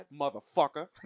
motherfucker